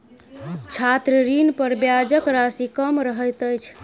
छात्र ऋणपर ब्याजक राशि कम रहैत अछि